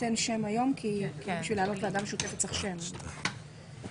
מוצע להקים ועדה משותפת לדון בהצעת החוק.